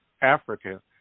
Africa